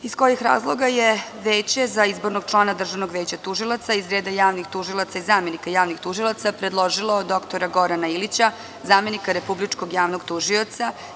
Iz kojih razloga je Veće za izbornog člana Državnog veća tužilaca iz reda javnih tužilaca i zamenika javnih tužilaca predložilo dr Gorana Ilića, zamenika Republičkog javnog tužioca?